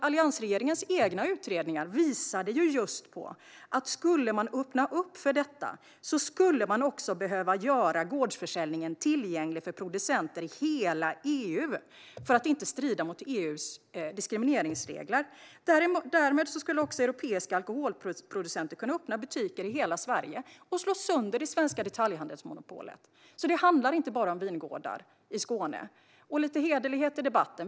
Alliansregeringens egna utredningar visade just på att om man skulle öppna för detta skulle man också behöva göra gårdsförsäljningen tillgänglig för producenter i hela EU för att inte strida mot EU:s diskrimineringsregler. Därmed skulle också europeiska alkoholproducenter kunna öppna butiker i hela Sverige och slå sönder det svenska detaljhandelsmonopolet. Det handlar alltså inte bara om vingårdar i Skåne. Låt oss få lite hederlighet i debatten.